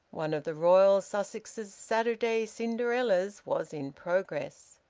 one of the royal sussex's saturday cinderellas was in progress.